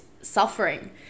suffering